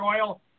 oil